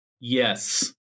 Yes